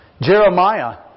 Jeremiah